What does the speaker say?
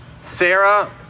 Sarah